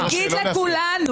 יגיד את זה לכולנו.